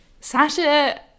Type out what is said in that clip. Sasha